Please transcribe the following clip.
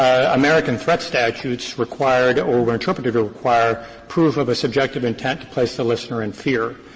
american threat statutes required or were interpreted to require proof of a subjective intent to place the listener in fear,